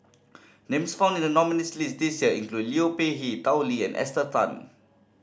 names found in the nominees' list this year include Liu Peihe Tao Li and Esther Tan